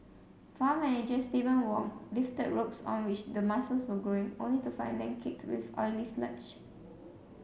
farm manager Steven Wong lifted ropes on which the mussels were growing only to find them caked with oily sludge